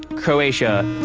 croatia